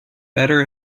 better